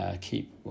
keep